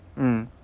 mm